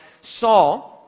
Saul